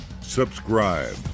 subscribe